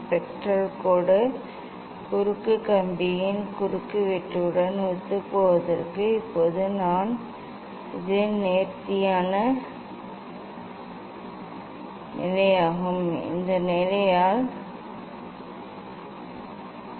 spectral கோடு குறுக்கு கம்பியின் குறுக்குவெட்டுடன் ஒத்துப்போவதற்கு இப்போது நான் இந்த நேர்த்தியான திருகு பயன்படுத்துவேன் இந்த நிலை என்ன